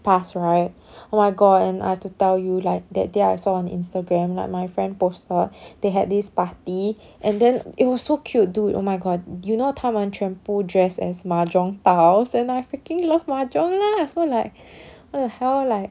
pass right oh my god and I have to tell you like that day I saw on instagram like my friend posted they had this party and then it was so cute dude oh my god you know 他们全部 dressed as mahjong tiles and I freaking love mahjong lah so like what the hell like